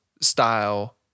style